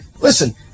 listen